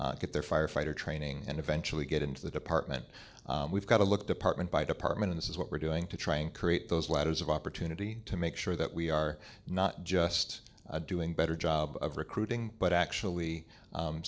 school get their firefighter training and eventually get into the department we've got a look department by department of this is what we're doing to try and create those ladders of opportunity to make sure that we are not just doing better job of recruiting but actually